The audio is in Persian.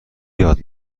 یاد